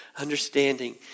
Understanding